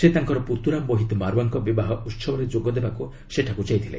ସେ ତାଙ୍କର ପୁତ୍ରରା ମୋହିତ ମାରୱାଙ୍କ ବିବାହ ଉତ୍ସବରେ ଯୋଗ ଦେବାକୁ ସେଠାକୁ ଯାଇଥିଲେ